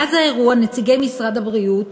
מאז האירוע נציגי משרד הבריאות,